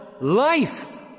life